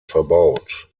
verbaut